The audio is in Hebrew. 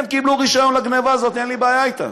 הם קיבלו רישיון לגנבה הזאת, אין לי בעיה אתם.